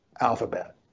alphabet